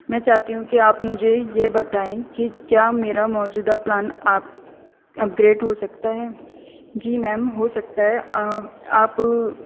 میں چاہتی ہوں کہ آپ مجھے یہ بتائیں کہ کیا میرا موجودہ پلان آپ اپگریٹ ہو سکتا ہے جی میم ہو سکتا ہے آپ